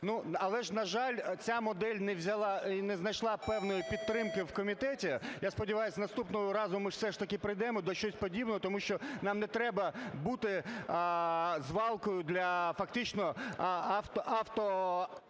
Але ж, на жаль, ця модель не знайшла певної підтримки в комітеті. Я сподіваюсь, наступного разу ми все ж таки прийдемо до чогось подібного, тому що нам не треба бути звалкою для, фактично, авто…